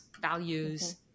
values